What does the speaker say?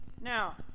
Now